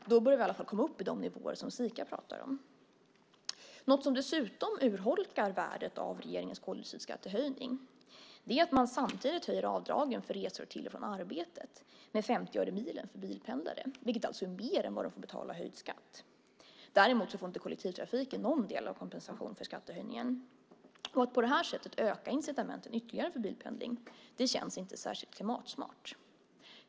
Då börjar vi i alla fall komma upp i de nivåer som Sika pratar om. Något som dessutom urholkar värdet av regeringens koldioxidskattehöjning är att man samtidigt höjer avdragen för resor till och från arbetet med 50 öre milen för bilpendlare, vilket alltså är mer än vad de får betala i höjd skatt. Däremot får inte kollektivtrafiken någon kompensation för skattehöjningen. Att på det här sättet ytterligare öka incitamenten till bilpendling känns inte särskilt klimatsmart.